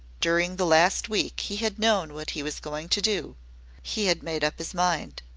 during the last week he had known what he was going to do he had made up his mind.